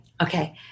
Okay